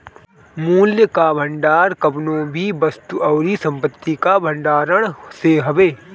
मूल्य कअ भंडार कवनो भी वस्तु अउरी संपत्ति कअ भण्डारण से हवे